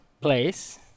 place